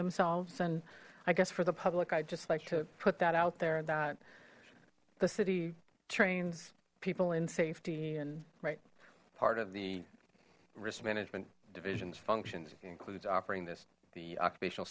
themselves and i guess for the public i just like to put that out there that the city trains people in safety and right part of the risk management divisions functions includes offering this the occupational